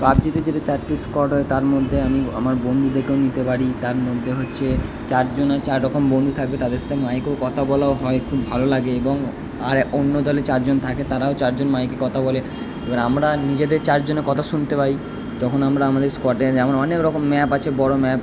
পাবজিতে যদি চারটি স্কট হয় তার মধ্যে আমি আমার বন্ধুদেরকেও নিতে পারি তার মধ্যে হচ্ছে চারজনে চার রকম বন্ধু থাকবে তাদের সাথে মাইকেও কথা বলাও হয় খুব ভালো লাগে এবং আর অন্য দলে চারজন থাকে তারাও চারজন মাইকে কথা বলে এবার আমরা নিজেদের চারজনের কথা শুনতে পাই তখন আমরা আমাদের স্কটে যেমন অনেক রকম ম্যাপ আছে বড়ো ম্যাপ